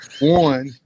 one